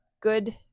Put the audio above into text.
good